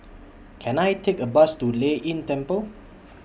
Can I Take A Bus to Lei Yin Temple